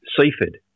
Seaford